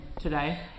today